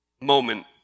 moment